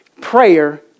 prayer